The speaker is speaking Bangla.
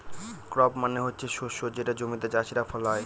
ক্রপ মানে হচ্ছে শস্য যেটা জমিতে চাষীরা ফলায়